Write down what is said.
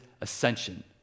ascension